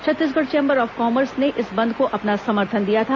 Chhattisgarh chamber of commerce ने इस बंद को अपना समर्थन दिया था